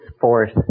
force